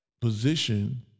position